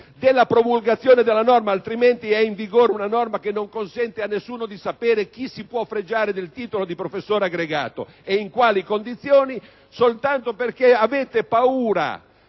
della promulgazione della norma. In caso contrario, è in vigore una norma che non consente a nessuno di sapere chi si può fregiare del titolo di professore aggregato e in quali condizioni. E questo, solo perché avete paura,